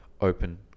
open